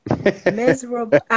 miserable